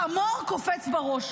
חמור קופץ בראש.